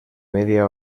media